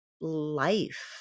life